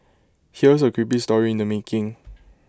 here's A creepy story in the making